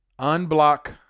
Unblock